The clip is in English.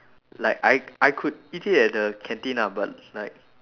like I I could eat it at the canteen ah but like